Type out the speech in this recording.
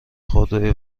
خودروی